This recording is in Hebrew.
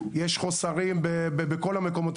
יש חוסרים בכל המקומות,